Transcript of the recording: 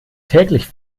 täglich